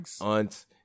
aunt